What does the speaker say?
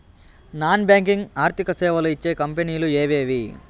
Non banking ఆర్థిక సేవలు ఇచ్చే కంపెని లు ఎవేవి?